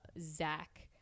Zach